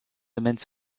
domaines